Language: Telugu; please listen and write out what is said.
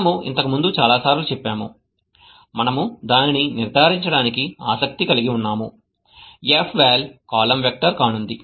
మనము ఇంతకుముందు చాలాసార్లు చెప్పాము మనము దానిని నిర్ధారించడానికి ఆసక్తి కలిగి ఉన్నాము fval కాలమ్ వెక్టర్ కానుంది